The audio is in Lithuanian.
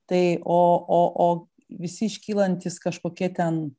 tai o o o visi iškylantys kažkokie ten